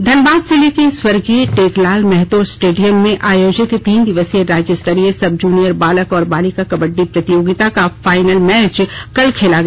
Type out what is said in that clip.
धनबाद जिले के स्वर्गीय टेकलाल महतो स्टेडियम में आयोजित तीन दिवसीय राज्यस्तरीय सब जूनियर बालक और बालिका कबड्डी प्रतियोगिता का फाइनल मैच कल खेला गया